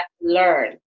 learn